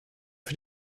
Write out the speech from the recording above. für